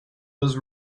was